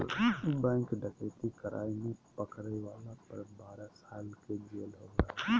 bank डकैती कराय में पकरायला पर बारह साल के जेल होबा हइ